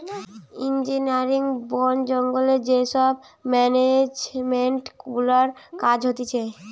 engineering, বোন জঙ্গলে যে সব মেনেজমেন্ট গুলার কাজ হতিছে